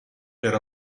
per